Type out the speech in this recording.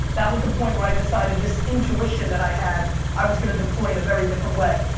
that was the point where i decided this intuition that i had i was going to deploy in a very different way.